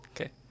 Okay